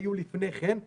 שהיו לפני כן.